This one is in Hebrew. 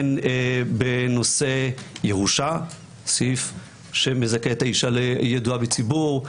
וגם בנושא ירושה יש סעיף שמזכה את האישה שידועה בציבור,